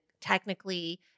technically